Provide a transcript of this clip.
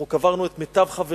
אנחנו קברנו את מיטב חברינו.